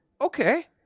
okay